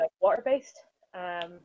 water-based